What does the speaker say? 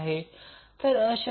72 म्हणतो